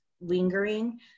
lingering